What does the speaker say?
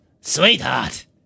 Sweetheart